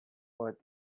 what